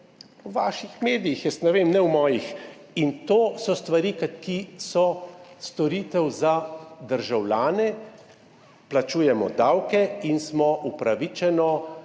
v vaših medijih, ne vem, ne v mojih. In to so stvari, ki so storitve za državljane. Plačujemo davke in upravičeno